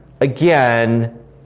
again